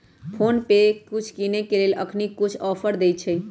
PhonePe कुछ किनेय के लेल अखनी कुछ ऑफर देँइ छइ